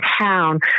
town